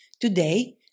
today